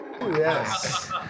Yes